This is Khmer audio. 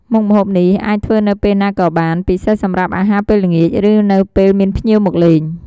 មុខម្ហូបនេះអាចធ្វើនៅពេលណាក៏បាន ពិសេសសម្រាប់អាហារពេលល្ងាច ឬនៅពេលមានភ្ញៀវមកលេង។